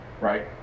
right